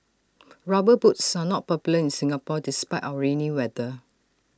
rubber boots are not popular in Singapore despite our rainy weather